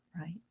right